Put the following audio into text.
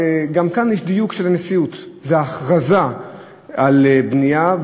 גם כאן יש דיוק של הנשיאות: זו הכרזה על בנייה.